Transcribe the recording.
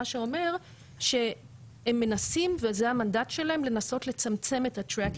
זאת אומרת שהם מנסים וזה המנדט שלהם לנסות לצמצם את ה-tracking